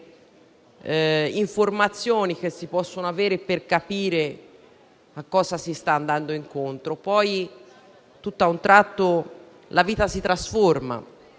informazioni che si possono avere per capire a cosa si sta andando incontro. Poi, tutto d'un tratto la vita si trasforma.